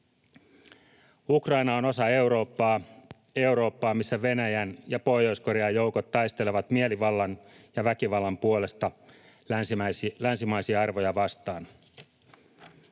Ukraina on osa Eurooppaa, Eurooppaa, missä Venäjän ja Pohjois-Korean joukot taistelevat mielivallan ja väkivallan puolesta länsimaisia arvoja vastaan.